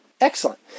excellent